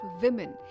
women